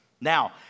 Now